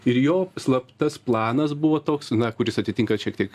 ir jo slaptas planas buvo toks na kuris atitinka šiek tiek